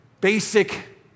basic